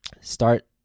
Start